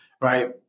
Right